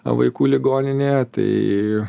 vaikų ligoninėje tai